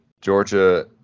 Georgia